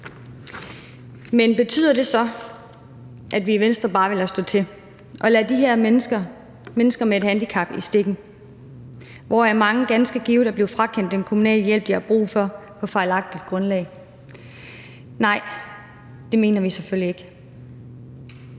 Men betyder det så, at vi i Venstre bare vil lade stå til og lade de her mennesker, mennesker med et handicap i stikken, hvoraf mange ganske givet er blevet frakendt den kommunale hjælp, de har brug for, på fejlagtigt grundlag? Nej, det vil vi selvfølgelig ikke.